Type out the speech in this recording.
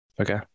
Okay